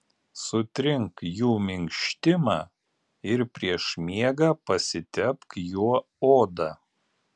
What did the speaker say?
sutrink jų minkštimą ir prieš miegą pasitepk juo odą